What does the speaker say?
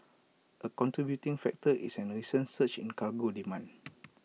A contributing factor is A recent surge in cargo demand